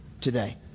today